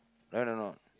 right or not